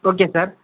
okay sir